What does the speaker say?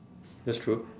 that's true